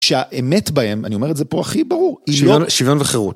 שהאמת בהם, אני אומר את זה פה הכי ברור, היא לא... שוויון וחירות.